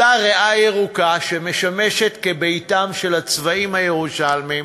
אותה ריאה ירוקה המשמשת כביתם של הצבאים הירושלמיים.